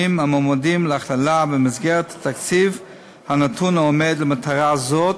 המועמדים להכללה במסגרת התקציב הנתון העומד למטרה זאת.